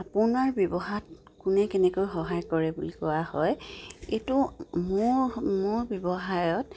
আপোনাৰ ব্যৱসায়ত কোনে কেনেকৈ সহায় কৰে বুলি কোৱা হয় এইটো মোৰ মোৰ ব্যৱসায়ত